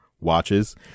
watches